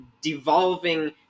devolving